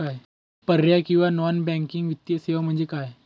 पर्यायी किंवा non banking वित्तीय सेवा म्हणजे काय?